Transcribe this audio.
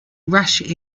rush